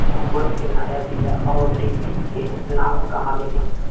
हमन के नया बीया आउरडिभी के नाव कहवा मीली?